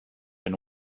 and